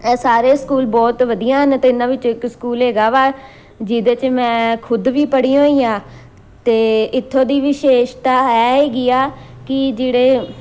ਇਹ ਸਾਰੇ ਸਕੂਲ ਬਹੁਤ ਵਧੀਆ ਹਨ ਅਤੇ ਇਹਨਾਂ ਵਿੱਚੋਂ ਇੱਕ ਸਕੂਲ ਹੈਗਾ ਵਾ ਜਿਹਦੇ 'ਚ ਮੈਂ ਖੁਦ ਵੀ ਪੜ੍ਹੀ ਹੋਈ ਹਾਂ ਅਤੇ ਇੱਥੋਂ ਦੀ ਵਿਸ਼ੇਸ਼ਤਾ ਹੈ ਹੈਗੀ ਆ ਕਿ ਜਿਹੜੇ